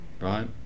right